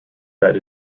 that